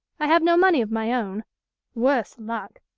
i have no money of my own worse luck!